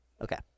Okay